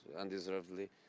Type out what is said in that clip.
undeservedly